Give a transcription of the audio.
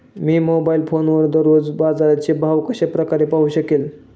मी mobile फोनवर दररोजचे बाजाराचे भाव कशा प्रकारे पाहू शकेल?